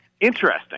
Interesting